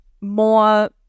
more